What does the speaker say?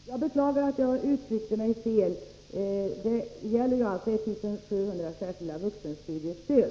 Herr talman! Jag beklagar att jag uttryckte mig fel. Det gäller alltså 1 750 särskilda vuxenstudiestöd.